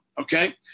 okay